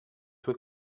tue